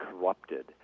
corrupted